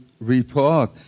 report